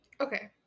Okay